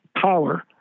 power